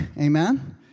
amen